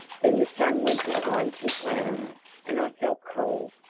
then the sun went behind some clouds and i felt cold.